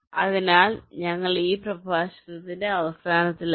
അതിനാൽ ഞങ്ങൾ ഈ പ്രഭാഷണത്തിന്റെ അവസാനത്തിൽ എത്തി